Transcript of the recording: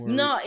no